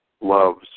loves